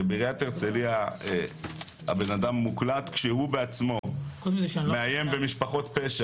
בעיריית הרצליה הבן אדם מוקלט כשהוא בעצמו מאיים במשפחות פשע